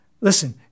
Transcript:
Listen